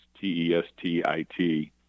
T-E-S-T-I-T